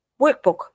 workbook